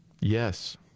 Yes